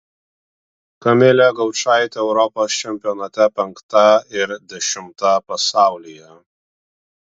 kamilė gaučaitė europos čempionate penkta ir dešimta pasaulyje